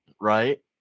Right